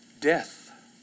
Death